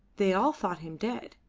they all thought him dead.